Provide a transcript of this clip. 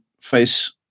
face